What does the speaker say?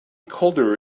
colder